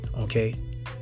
Okay